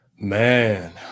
Man